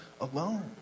alone